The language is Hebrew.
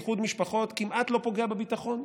איחוד משפחות כמעט לא פוגע בביטחון,